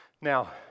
Now